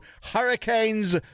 hurricanes